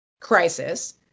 crisis